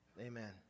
Amen